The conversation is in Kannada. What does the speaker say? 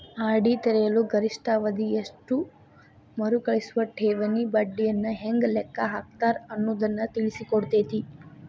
ಆರ್.ಡಿ ತೆರೆಯಲು ಗರಿಷ್ಠ ಅವಧಿ ಎಷ್ಟು ಮರುಕಳಿಸುವ ಠೇವಣಿ ಬಡ್ಡಿಯನ್ನ ಹೆಂಗ ಲೆಕ್ಕ ಹಾಕ್ತಾರ ಅನ್ನುದನ್ನ ತಿಳಿಸಿಕೊಡ್ತತಿ